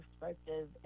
perspective